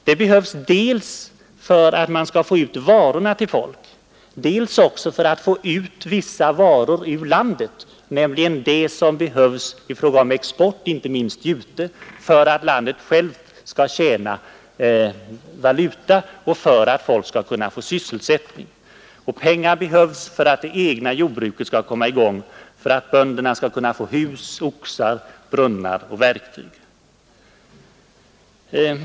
Det behövs pengar för transportnätet, dels för att man skall få ut förnödenheter och varor till folk, dels också för att få ut vissa varor ur landet, nämligen de som behövs i fråga om exporten — inte minst av jute — för att landet självt skall tjäna valuta och för att folk skall kunna få sysselsättning i exportnäringarna: Pengar behövs för att det egna jordbruket skall komma i gång, för att bönderna skall kunna få hus, oxar, brunnar och verktyg.